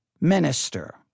minister